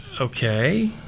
okay